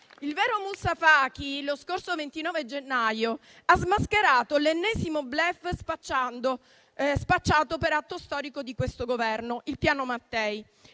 il vero Moussa Faki, lo scorso 29 gennaio, ha smascherato l'ennesimo *bluff* spacciato per atto storico di questo Governo, il Piano Mattei.